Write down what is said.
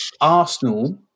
Arsenal